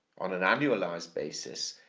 on an annualised basis,